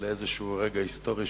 לאיזה רגע היסטורי,